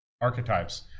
archetypes